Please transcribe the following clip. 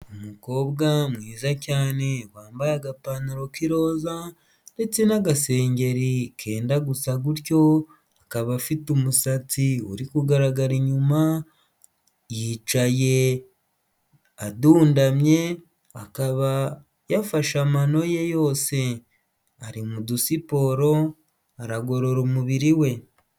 Umukobwa mwiza cyane wambaye agapantaro k'iroza ndetse n'agasengeri kenda gusa gutyo, akaba afite umusatsi uri kugaragara inyuma, yicaye adundamye, akaba yafashe amano ye yose, ari mu dusiporo aragorora umubiri we.